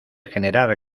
generar